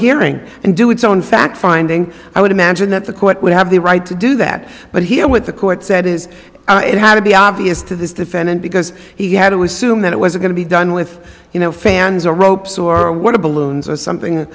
hearing and do its own fact finding i would imagine that the court would have the right to do that but hear what the court said is it had to be obvious to this defendant because he had to assume that it was going to be done with you know fans or ropes or what balloons or something